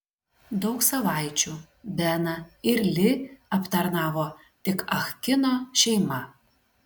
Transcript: daug savaičių beną ir li aptarnavo tik ah kino šeima